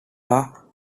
are